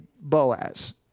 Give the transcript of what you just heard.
Boaz